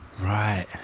Right